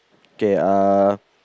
K uh